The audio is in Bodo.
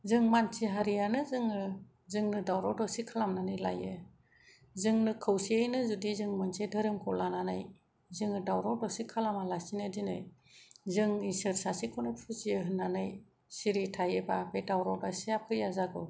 जों मानसि हारियानो जोङो जोंनो दावराव दावसि खालामनानै लायो जोंनो खौसेयैनो जुदि जों मोनसे धोरोमखौ लानानै जोङो दावराव दावसि खालामालासिनो दिनै जों ईसोर सासेखौनो फुजियो होननानै सिरि थायोबा बे दावराव दावसिया फैया जागौ